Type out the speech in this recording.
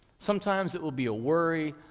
sometimes it will be a worry,